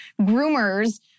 Groomers